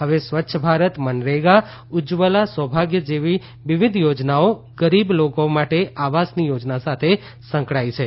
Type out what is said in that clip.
હવે સ્વચ્છ ભારત મનરેગા ઉજ્જવલા સૌભાગ્ય જેવા વિવિધ યોજનાઓ ગરીબ લોકો માટે આવાસની યોજના સાથે સંકળાઇ છે